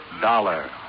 Dollar